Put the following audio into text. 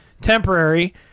temporary